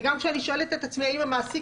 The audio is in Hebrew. וגם כשאני שואלת את עצמי: האם המעסיק